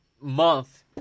month